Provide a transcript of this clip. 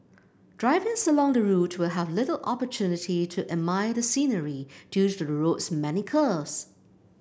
drivers along the route will have little opportunity to admire the scenery due to the road's many curves